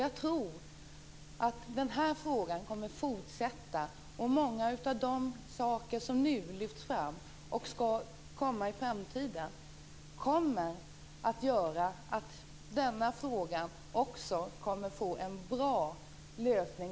Arbetet med den här frågan kommer att fortsätta, och mycket av det som nu har lyfts fram och som skall genomföras i framtiden kommer att innebära att de här problemen får en bra lösning.